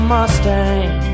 Mustang